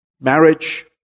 Marriage